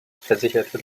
versicherte